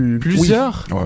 Plusieurs